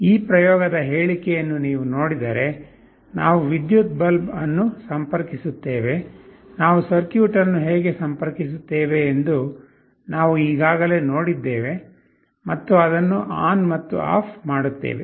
ಈ ಪ್ರಯೋಗದ ಹೇಳಿಕೆಯನ್ನು ನೀವು ನೋಡಿದರೆ ನಾವು ವಿದ್ಯುತ್ ಬಲ್ಬ್ ಅನ್ನು ಸಂಪರ್ಕಿಸುತ್ತೇವೆ ನಾವು ಸರ್ಕ್ಯೂಟ್ ಅನ್ನು ಹೇಗೆ ಸಂಪರ್ಕಿಸುತ್ತೇವೆ ಎಂದು ನಾವು ಈಗಾಗಲೇ ನೋಡಿದ್ದೇವೆ ಮತ್ತು ಅದನ್ನು ಆನ್ ಮತ್ತು ಆಫ್ ಮಾಡುತ್ತೇವೆ